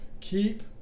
keep